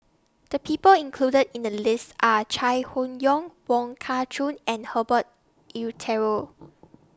The People included in The list Are Chai Hon Yoong Wong Kah Chun and Herbert Eleuterio